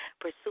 Pursue